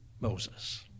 Moses